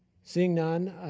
seeing none,